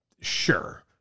Sure